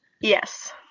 Yes